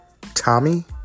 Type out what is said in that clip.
Tommy